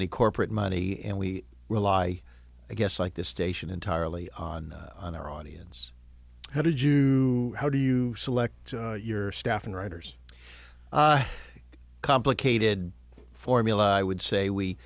any corporate money and we rely i guess like this station entirely on their audience how did you how do you select your staff and writers complicated formula i would say we